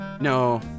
no